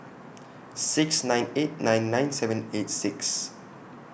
six nine eight nine nine seven eight six